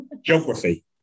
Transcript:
geography